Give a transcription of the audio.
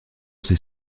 ses